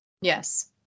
Yes